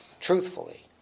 truthfully